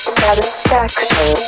satisfaction